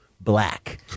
black